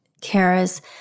Kara's